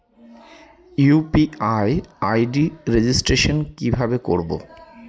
UPI ID registration কিভাবে করব?